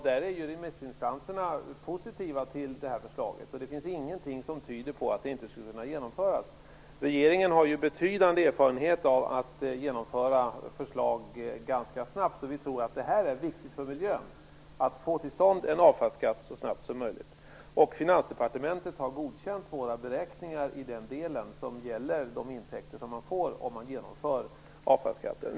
Där är ju remissinstanserna positiva till förslaget. Det finns ingenting som tyder på att det inte skulle kunna genomföras. Regeringen har ju betydande erfarenhet av att genomföra förslag ganska snabbt. Vi tror att det är viktigt för miljön att få till stånd en avfallsskatt så snabbt som möjligt. Finansdepartementet har godkänt våra beräkningar i den del som gäller de intäkter som man får om man genomför avfallsskatten.